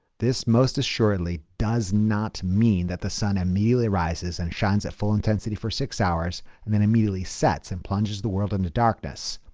this most assuredly does not mean that the sun immediately rises and shines at full intensity for six hours and then immediately sets and plunges the world in the darkness.